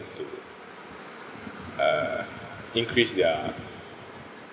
to uh increase their